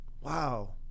Wow